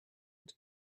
and